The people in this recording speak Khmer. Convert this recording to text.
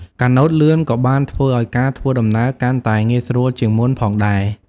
កាណូតលឿនក៏បានធ្វើឲ្យការធ្វើដំណើរកាន់តែងាយស្រួលជាងមុនផងដែរ។